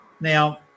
now